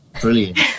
Brilliant